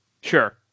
Sure